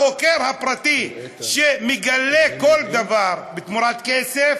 החוקר הפרטי, שמגלה כל דבר תמורת כסף,